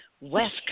West